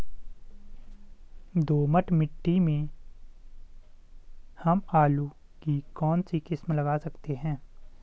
दोमट मिट्टी में हम आलू की कौन सी किस्म लगा सकते हैं?